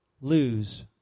lose